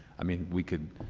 i mean, we could,